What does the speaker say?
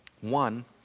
One